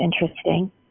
interesting